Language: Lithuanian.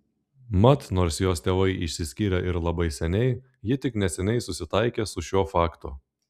mat nors jos tėvai išsiskyrė ir labai seniai ji tik neseniai susitaikė su šiuo faktu